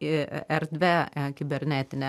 i erdve e kibernetine